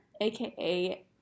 aka